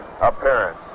appearance